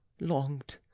longed